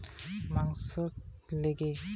যে মুরগি গুলা খোলায় রাখে মাংসোর লিগে